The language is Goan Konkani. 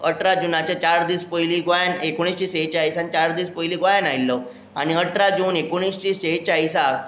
अठरा जुनाच्या चार दीस पयलीं गोंयांत एकोणीशें सेचाळिसान चार दीस पयलीं गोंयांत आयिल्लो आनी अठरा जून एकोणिशें सेचाळिसाक